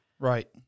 Right